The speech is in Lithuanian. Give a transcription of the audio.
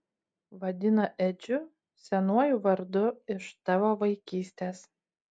vadina edžiu senuoju vardu iš tavo vaikystės